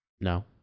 No